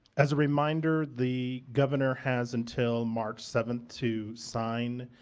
as a reminder, the governor has until march seventh to sign